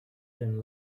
than